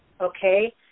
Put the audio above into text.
Okay